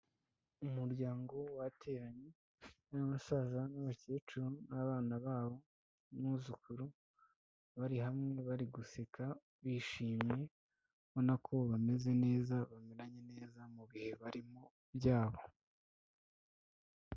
Umuryango wateranye n'abasaza n'abakecuru n'abana babo n'umumwuzukuru bari hamwe bari guseka bishimye. Ubona ko bameze neza bameranye neza mu bihe barimo byabo.